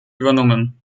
übernommen